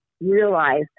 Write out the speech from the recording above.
realize